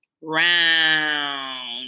round